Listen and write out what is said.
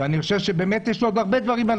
ואני חושב שבאמת יש לו עוד הרבה דברים על